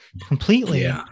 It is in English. completely